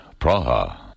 Praha